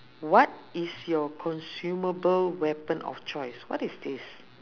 what is your consumable weapon of choice what is this